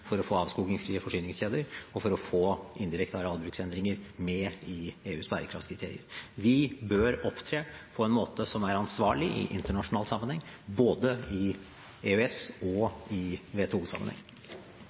for å få avskogingsfrie forsyningskjeder, og for å få indirekte arealbruksendringer med i EUs bærekraftskriterier. Vi bør opptre på en måte som er ansvarlig i internasjonal sammenheng, både i